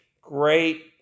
great